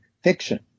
fiction